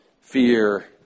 fear